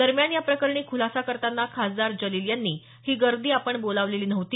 दरम्यान या प्रकरणी खुलासा करताना खासदार जलील यांनी ही गर्दी आपण बोलावलेली नव्हती